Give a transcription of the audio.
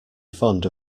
fond